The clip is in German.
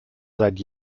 seit